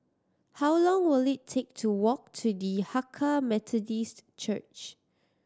how long will it take to walk to the Hakka Methodist Church